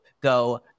go